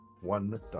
one